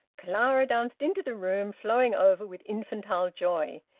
clara danced into the room, flowing over with infantile joy.